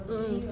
mm mm